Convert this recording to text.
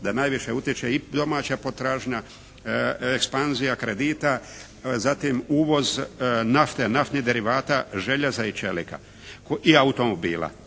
da najviše utječe i domaća potražnja, ekspanzija kredita zatim uvoz nafte, naftnih derivata, željeza i čelika i automobila.